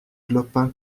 clopin